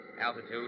Altitude